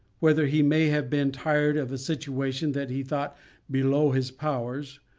whether he may have been tired of a situation that he thought below his powers,